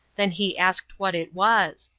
then he asked what it was.